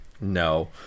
No